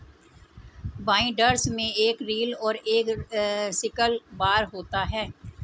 binders में एक reel और एक सिकल बार होता है